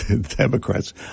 democrats